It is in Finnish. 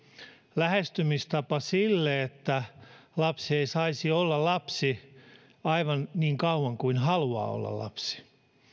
lähestymistapa että lapsi ei saisi olla lapsi aivan niin kauan kuin haluaa olla lapsi